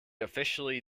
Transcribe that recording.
officially